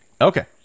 Okay